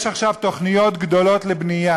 אתה בקואליציה